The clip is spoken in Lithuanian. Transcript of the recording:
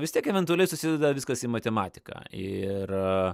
vis tiek eventualiai susideda viskas į matematiką ir